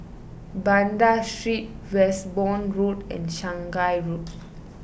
Banda Street Westbourne Road and Shanghai Road